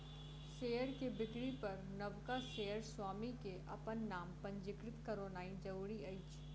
share के बिक्री पर नबका शेयर स्वामी के अपन नाम पंजीकृत करौनाइ जरूरी अछि